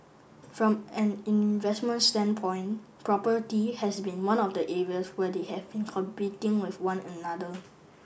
from an investment standpoint property has been one of the areas where they have been competing with one another